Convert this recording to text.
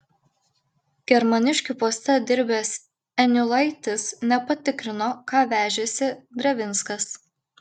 germaniškių poste dirbęs eniulaitis nepatikrino ką vežėsi drevinskas